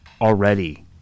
already